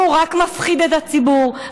הוא רק מפחיד את הציבור,